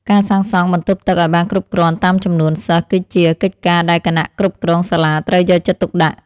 ការសាងសង់បន្ទប់ទឹកឱ្យបានគ្រប់គ្រាន់តាមចំនួនសិស្ស គឺជាកិច្ចការដែលគណៈគ្រប់គ្រងសាលាត្រូវយកចិត្តទុកដាក់។